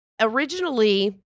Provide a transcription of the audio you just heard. originally